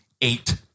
eight